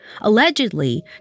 Allegedly